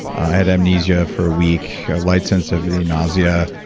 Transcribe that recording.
i had amnesia for a week, light sensitivity, nausea,